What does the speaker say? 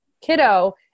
kiddo